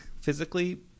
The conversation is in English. physically